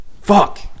fuck